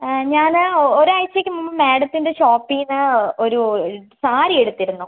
ആ ഞാൻ ഒരാഴ്ചയ്ക്ക് മുമ്പ് മാഡത്തിൻ്റെ ഷോപ്പിൽ നിന്ന് ഒരു സാരി എടുത്തിരുന്നു